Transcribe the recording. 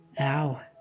Ow